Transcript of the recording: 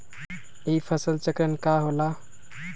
ई फसल चक्रण का होला?